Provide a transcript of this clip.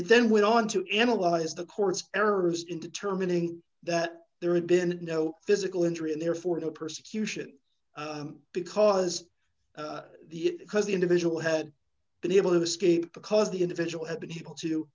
then went on to analyze the court's errors in determining that there had been no physical injury and therefore the persecution because because the individual had been able to escape because the individual had been able to